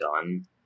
done